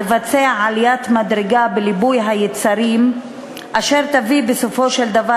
לבצע עליית מדרגה בליבוי היצרים אשר תביא בסופו של דבר